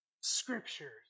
scriptures